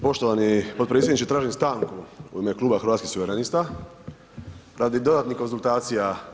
Poštovani potpredsjedniče, tražim stanku u ime Kluba Hrvatskih suverenista radi dodatnih konzultacija.